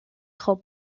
خوب